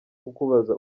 kukubaza